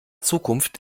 zukunft